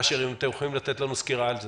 אשר, האם תוכלו לתת לנו סקירה על זה?